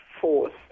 force